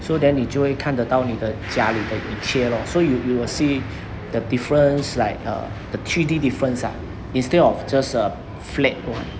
so then 你就会看得到你的家里的一切 lor so you you will see the difference like uh the three D difference ah instead of just a flat one